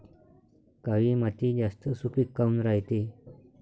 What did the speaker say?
काळी माती जास्त सुपीक काऊन रायते?